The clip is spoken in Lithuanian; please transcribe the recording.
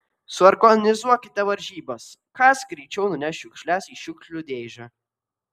suorganizuokite varžybas kas greičiau nuneš šiukšles į šiukšlių dėžę